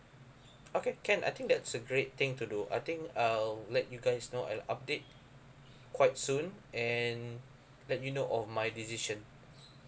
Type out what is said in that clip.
okay can I think that's a great thing to do I think I'll let you guys know and update quite soon and let you know of my decision